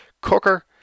cooker